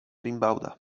rimbauda